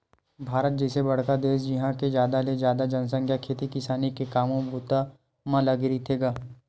भारत जइसे बड़का देस जिहाँ के जादा ले जादा जनसंख्या खेती किसानी के काम बूता म लगे रहिथे गा